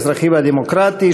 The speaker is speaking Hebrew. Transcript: האזרחי והדמוקרטי,